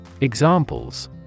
Examples